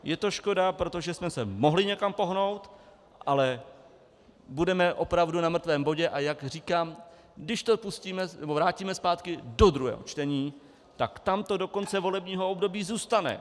Je to škoda, protože jsme se mohli někam pohnout, ale budeme opravdu na mrtvém bodě, jak říkám, když to vrátíme zpátky do druhého čtení, tak tam to do konce volebního období zůstane.